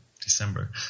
December